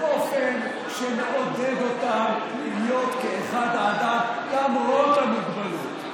באופן שמעודד אותם להיות כאחד האדם למרות המוגבלות.